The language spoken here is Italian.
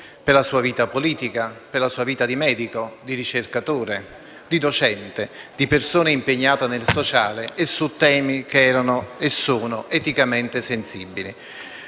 per la sua vita politica e per la sua vita di medico, di ricercatore, di docente, di persona impegnata nel sociale e su temi che erano e sono eticamente sensibili.